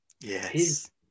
Yes